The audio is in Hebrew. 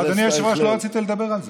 אבל אדוני היושב-ראש, לא רציתי לדבר על זה.